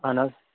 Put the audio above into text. اَہن حظ